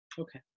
Okay